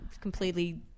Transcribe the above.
completely